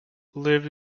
lived